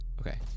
Okay